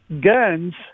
guns